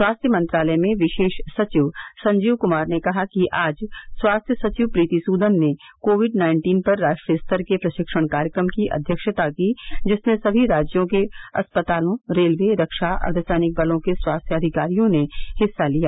स्वास्थ्य मंत्रालय में विशेष सचिव संजीव कुमार ने कहा कि आज स्वास्थ्य सचिव प्रीति सूदन ने कोविड नाइन्टीन पर राष्ट्रीय स्तर के प्रशिक्षण कार्यक्रम की अध्यक्षता की जिसमें सभी राज्यों के अस्पतालों रेलवे रक्षा अर्द्ध सैनिक बलों के स्वास्थ्य अधिकारियों ने हिस्सा लिया